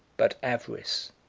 but avarice,